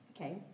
Okay